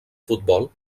futbol